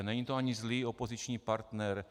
Není to ani zlý opoziční partner.